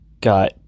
got